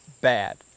bad